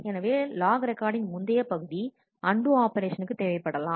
எனவே லாக் ரெக்கார்டின் முந்தைய பகுதி அண்டு ஆபரேஷனுக்கு தேவைப்படலாம்